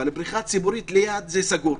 אבל בריכה ציבורית ליד זה סגור,